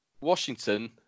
Washington